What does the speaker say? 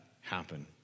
happen